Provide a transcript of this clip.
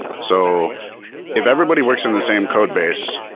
so if everybody works in the same codebase,